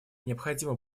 необходимо